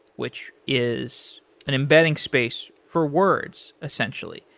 which is an embedding space for words essentially.